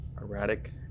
erratic